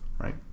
right